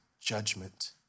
judgment